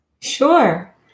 Sure